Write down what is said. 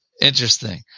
Interesting